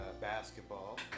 basketball